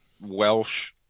Welsh